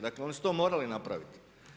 Dakle, oni su to morali napraviti.